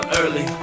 early